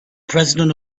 president